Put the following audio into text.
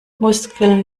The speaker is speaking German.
muskeln